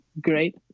great